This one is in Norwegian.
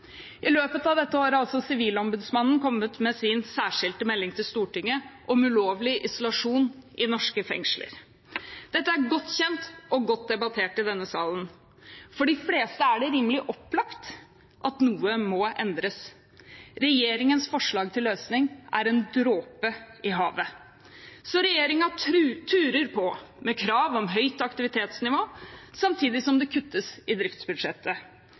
I løpet av dette året har altså Sivilombudsmannen kommet med sin særskilte melding til Stortinget om ulovlig isolasjon i norske fengsler. Dette er godt kjent og godt debattert i denne salen. For de fleste er det rimelig opplagt at noe må endres. Regjeringens forslag til løsning er en dråpe i havet. Regjeringen turer på med krav om høyt aktivitetsnivå samtidig som det kuttes i driftsbudsjettet.